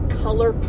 color